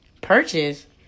Purchase